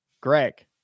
Greg